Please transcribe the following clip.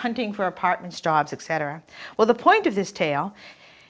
hunting for apartments jobs etc well the point of this tale